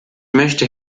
möchte